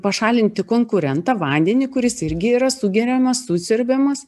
pašalinti konkurentą vandenį kuris irgi yra sugeriamas susiurbiamas